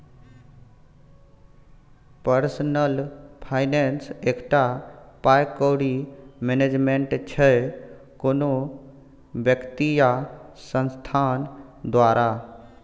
personal finance एकटा पाइ कौड़ी मैनेजमेंट छै कोनो बेकती या संस्थान द्वारा